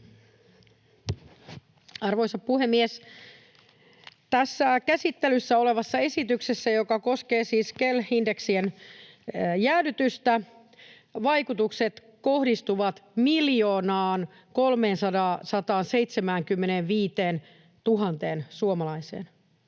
Arvoisa puhemies! Tässä käsittelyssä olevassa esityksessä, joka koskee siis KEL-indeksien jäädytystä, vaikutukset kohdistuvat 1 375 000 suomalaiseen